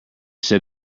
said